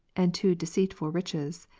and to deceitful riches.